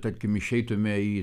tarkim išeitume į